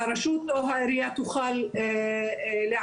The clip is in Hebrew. שהרשות או העירייה תוכל לערער,